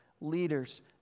leaders